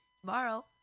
Tomorrow